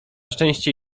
szczęście